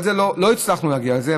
אבל לא הצלחנו להגיע לזה,